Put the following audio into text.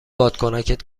بادکنکت